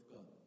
God